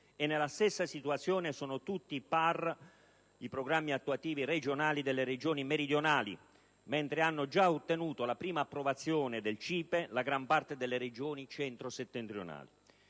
E nella stessa situazione sono tutti i Programmi attuativi regionali delle Regioni meridionali, mentre hanno già ottenuto la prima approvazione del CIPE la gran parte delle Regioni centro-settentrionali.